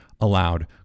allowed